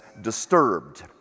disturbed